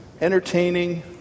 entertaining